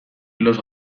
los